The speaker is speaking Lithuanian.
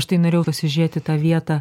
štai norėjau pasižėti tą vietą